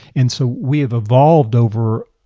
and so we have evolved over.